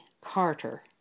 Carter